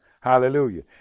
Hallelujah